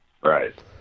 Right